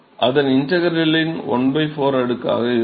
அதன் இன்டெக்ரலின் ¼ அடுக்காக இருக்கும்